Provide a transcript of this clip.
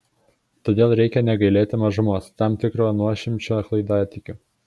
todėl reikia negailėti mažumos tam tikro nuošimčio klaidatikių